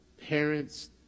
parents